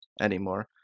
anymore